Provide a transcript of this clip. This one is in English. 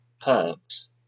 perks